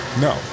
No